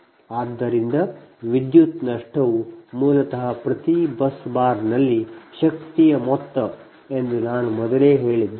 ಆದ್ದರಿಂದ ವಿದ್ಯುತ್ ನಷ್ಟವು ಮೂಲತಃ ಪ್ರತಿ ಬಸ್ ಬಾರ್ನಲ್ಲಿ ಶಕ್ತಿಯ ಮೊತ್ತ ಎಂದು ನಾನು ಮೊದಲೇ ಹೇಳಿದ್ದೇನೆ